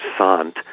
sant